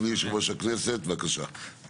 זוכר שממש בימים הראשונים שלי בכנסת היה לנו